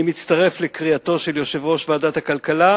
אני מצטרף לקריאתו של יושב-ראש ועדת הכלכלה